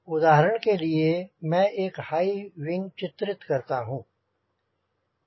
उदाहरण के लिए मैं एक हाईविंग चित्रित करता हूंँ